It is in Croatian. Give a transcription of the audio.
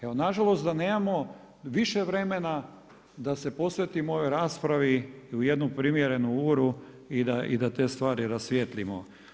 Evo, nažalost da nemamo više vremena da se posvetio ovoj raspravi u jednu primjerenu uru i da te stvari rasvijetlimo.